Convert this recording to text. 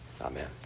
amen